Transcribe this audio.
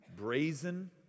Brazen